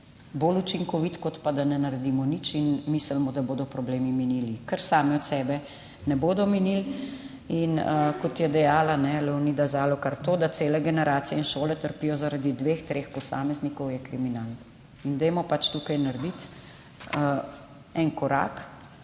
bolj učinkovit, kot pa da ne naredimo nič in mislimo, da bodo problemi minili. Kar sami od sebe ne bodo minili. Kot je dejala Leonida Zalokar, to, da cele generacije in šole trpijo zaradi dveh, treh posameznikov, je kriminal. Dajmo tukaj narediti en korak.